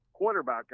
Quarterback